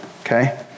okay